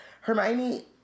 Hermione